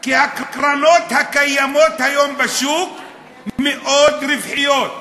כי הקרנות הקיימות היום בשוק מאוד רווחיות.